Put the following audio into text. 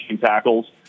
tackles